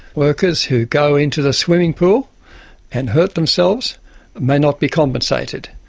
workers who go into the swimming pool and hurt themselves may not be compensated.